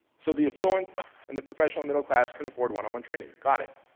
so the affluent and the professional middle class can afford one-on-one training. got it.